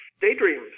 daydreams